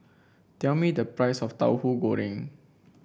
tell me the price of Tahu Goreng